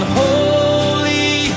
holy